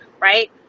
right